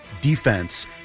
defense